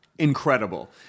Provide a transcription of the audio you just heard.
Incredible